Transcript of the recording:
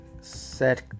set